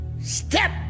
step